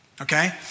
Okay